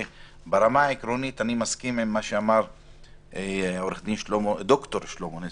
ברמה העקרונית, אני מסכים עם מה שאמר ד"ר שלמה נס.